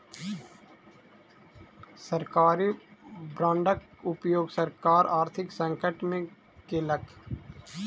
सरकारी बांडक उपयोग सरकार आर्थिक संकट में केलक